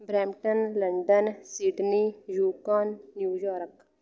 Brampton London Sydney Yukon New York